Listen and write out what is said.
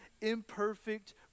imperfect